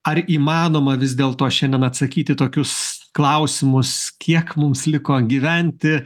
ar įmanoma vis dėlto šiandien atsakyti į tokius klausimus kiek mums liko gyventi